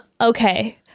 okay